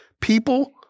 people